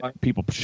people